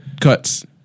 cuts